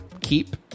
keep